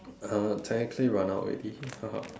uh technically run out already